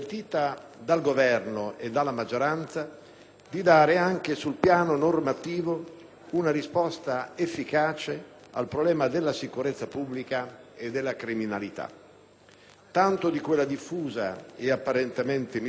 di dare anche sul piano normativo una risposta efficace al problema della sicurezza pubblica e della criminalità, tanto di quella diffusa e apparentemente minore quanto di quella organizzata,